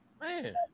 Man